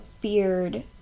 beard